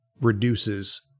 reduces